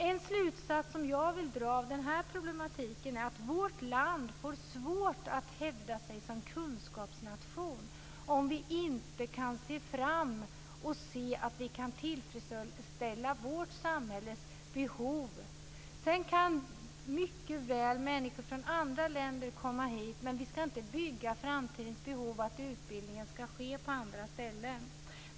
En slutsats som jag vill dra av den här problematiken är att vårt land får svårt att hävda sig som kunskapsnation om vi inte kan tillfredsställa vårt samhälles behov. Sedan kan mycket väl människor från andra länder komma hit, men vi ska inte täcka framtidens behov genom att utbildningen ska ske på andra ställen.